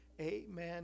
Amen